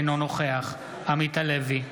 אינו נוכח עמית הלוי,